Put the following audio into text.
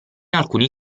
alcuni